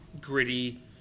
gritty